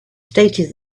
stated